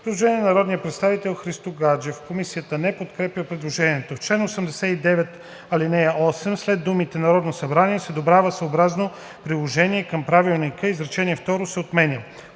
Предложение на народния представител Христо Гаджев. Комисията не подкрепя предложението. „В чл. 89, ал. 8 след думите „Народно събрание“ се добавя „съобразно приложение към правилника. Изречение второ се отменя.“